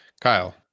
Kyle